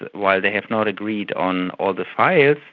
while they have not agreed on all the files,